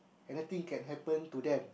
anything can happen to them